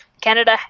Canada